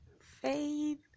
Faith